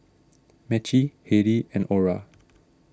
Maci Hailey and Orra